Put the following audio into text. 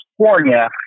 California